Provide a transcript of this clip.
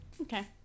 okay